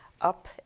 up